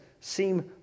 seem